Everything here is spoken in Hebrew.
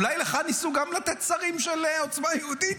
אולי גם לך ניסו לתת שרים של עוצמה יהודית?